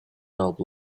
help